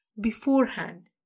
beforehand